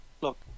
look